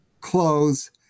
clothes